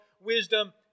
wisdom